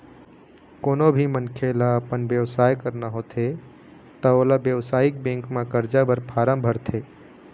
कोनो भी मनखे ल अपन बेवसाय करना होथे त ओला बेवसायिक बेंक म करजा बर फारम भरथे